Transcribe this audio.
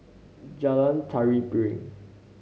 Jalan Tari Piring